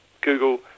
Google